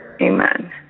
Amen